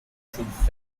proof